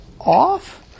off